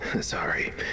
Sorry